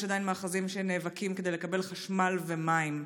יש עדיין מאחזים שנאבקים כדי לקבל חשמל ומים.